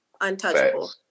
untouchable